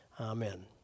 Amen